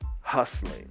hustling